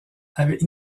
avaient